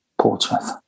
Portsmouth